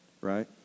right